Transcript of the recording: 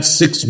six